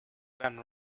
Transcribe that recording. than